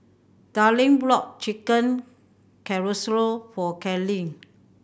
Darline bought Chicken Casserole for Kaelyn